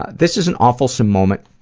but this is an awfulsome moment,